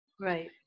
right